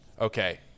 okay